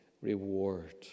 reward